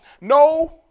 No